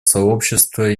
сообщества